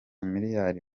miliyari